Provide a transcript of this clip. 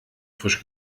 frisch